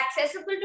accessible